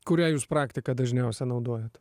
kurią jūs praktika dažniausia naudojat